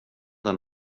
den